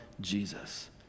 Jesus